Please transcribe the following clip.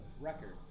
records